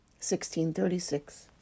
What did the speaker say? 1636